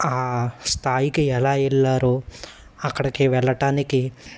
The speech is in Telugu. ఆ స్థాయికి ఎలా ఎళ్లారో అక్కడికి వెళ్ళటానికి